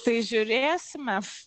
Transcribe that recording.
tai žiūrėsime